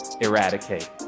eradicate